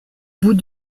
bout